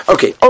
Okay